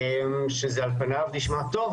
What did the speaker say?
על פניו זה נשמע טוב,